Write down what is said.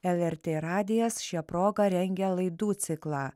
lrt radijas šia proga rengia laidų ciklą